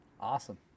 Awesome